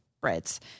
breads